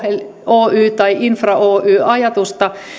oy tai infra oy ajatusta